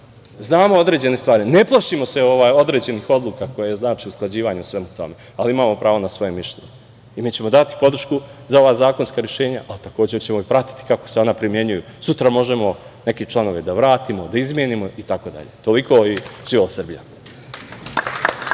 Znamo određene stvari i ne plašimo se određenih odluka koje znače usklađivanje u svemu tome, ali imamo pravo na svoje mišljenje. Mi ćemo dati podršku za ova zakonska rešenja, ali takođe ćemo pratiti kako se ona primenjuju. Sutra možemo neke članove da vratimo, izmenimo itd. Živela Srbija.